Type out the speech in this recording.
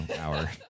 hour